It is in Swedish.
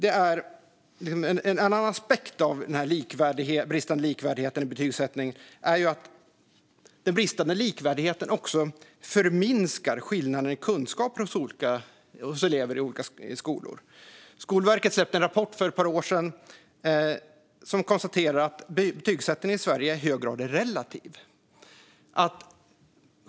En annan aspekt av den bristande likvärdigheten i betygsättningen är att den också förminskar skillnaden i kunskaper hos elever i olika skolor. Skolverket släppte för ett par år sedan en rapport som konstaterade att betygsättningen i Sverige i hög grad är relativ.